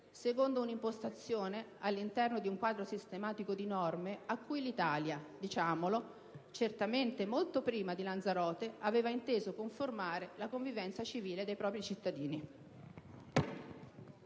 secondo un'impostazione, all'interno di un quadro sistematico di norme, a cui l'Italia, diciamolo, certamente molto prima di Lanzarote, aveva inteso conformare la convivenza civile dei propri cittadini.